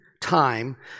time